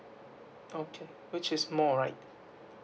okay which is more right